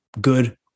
good